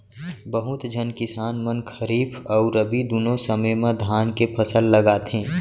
बहुत झन किसान मन खरीफ अउ रबी दुनों समे म धान के फसल लगाथें